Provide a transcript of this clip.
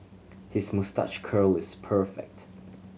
his moustache curl is perfect